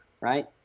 right